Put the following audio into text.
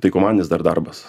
tai komandinis dar darbas